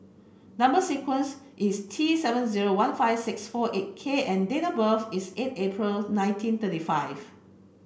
number sequence is T seven zero one five six four eight K and date birth is eight April nineteen thirty five